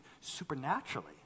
supernaturally